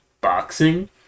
boxing